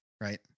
right